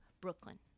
Brooklyn